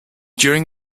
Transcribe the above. during